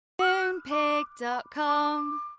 Moonpig.com